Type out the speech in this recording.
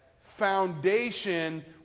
foundation